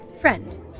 friend